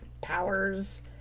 powers